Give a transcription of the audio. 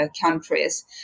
countries